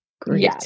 Great